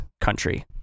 country